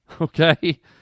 okay